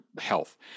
health